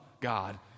God